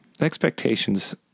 Expectations